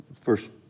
first